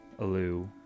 Alu